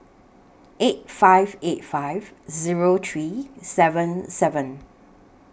eight five eight five Zero three seven seven